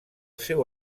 seu